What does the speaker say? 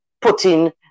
putting